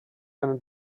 eine